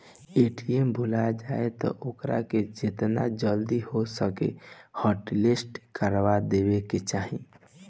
ATM भूला जाए तअ ओके जेतना जल्दी हो सके हॉटलिस्ट करवा देवे के चाही